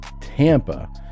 Tampa